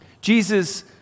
Jesus